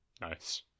Nice